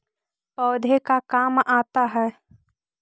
पौधे का काम आता है?